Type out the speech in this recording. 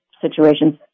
situations